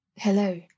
Hello